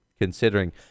considering